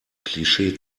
klischee